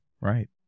Right